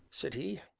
said he.